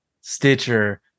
Stitcher